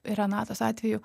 renatos atveju